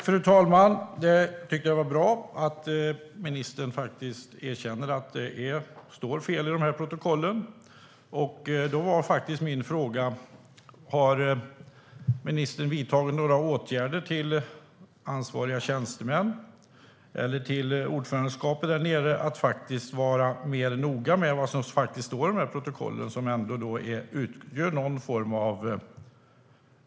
Fru talman! Jag tycker att det är bra att ministern erkänner att det står fel i protokollen. Min fråga är: Har ministern vidtagit några åtgärder gentemot ansvariga tjänstemän eller ordförandeskapet där nere så att man blir mer noggrann med vad som står i protokollen?